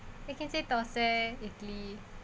you can say thosai idli